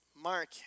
Mark